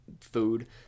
food